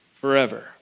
forever